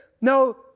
no